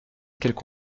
qu’elles